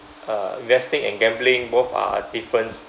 uh investing and gambling both are different